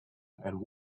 and